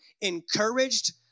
encouraged